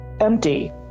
empty